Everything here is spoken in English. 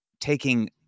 taking